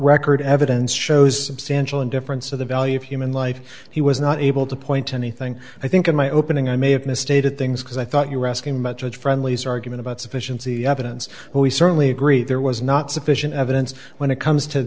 record evidence shows abstention indifference to the value of human life he was not able to point to anything i think in my opening i may have misstated things because i thought you were asking much at friendly's argument about sufficiency evidence who we certainly agree there was not sufficient evidence when it comes to